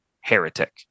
heretic